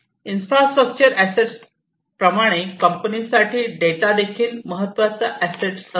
infrastructure assets प्रमाणे company साठी data देखील महत्वाचे अॅसेट असतो